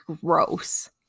gross